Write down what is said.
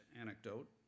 anecdote